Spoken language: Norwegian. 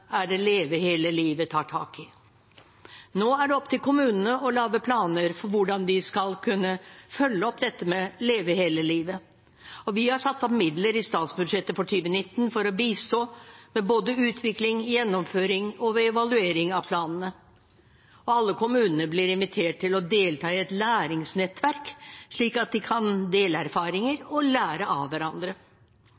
er det Leve hele livet tar tak i. Nå er det opp til kommunene å lage planer for hvordan de skal kunne følge opp dette med Leve hele livet. Vi har satt av midler i statsbudsjettet for 2019 for å bistå med både utvikling, gjennomføring og evaluering av planene. Alle kommunene blir invitert til å delta i et læringsnettverk, slik at de kan dele erfaringer